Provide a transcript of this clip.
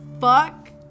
fuck